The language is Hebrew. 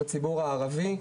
הערבי,